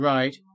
Right